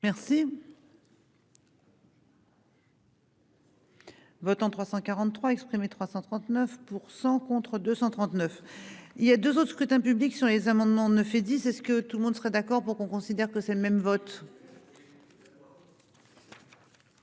non. Votants 343 exprimés, 339% contre 239 il y a deux autres scrutin public sur les amendements ne fait dit c'est ce que tout le monde serait d'accord pour qu'on considère que c'est le même vote.